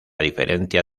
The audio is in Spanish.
diferencia